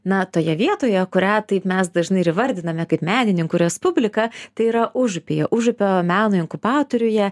na toje vietoje kurią taip mes dažnai ir įvardiname kaip menininkų respubliką tai yra užupyje užupio meno inkubatoriuje